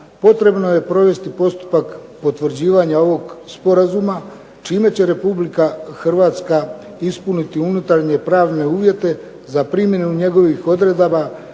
potrebno je provesti postupak potvrđivanja ovog sporazuma, čime će Republika Hrvatska ispuniti unutarnje pravne uvjete za primjenu njegovih odredaba